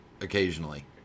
Occasionally